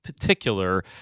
particular